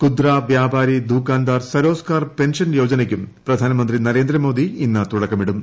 കുദ്റാ വ്യാപാരി ദൂഖാൻദാർ സരോസ്കർ പെൻഷൻ യോജനയ്ക്കും പ്രധാനമന്ത്രി നരേന്ദ്രമോദി ഇന്ന് തുടക്കമിടും